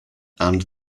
and